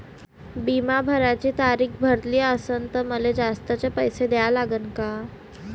बिमा भराची तारीख भरली असनं त मले जास्तचे पैसे द्या लागन का?